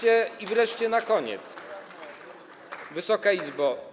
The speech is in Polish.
I wreszcie na koniec, Wysoka Izbo.